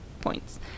points